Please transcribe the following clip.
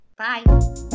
Bye